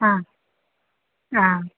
ആ ആ